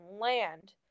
land